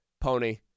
Pony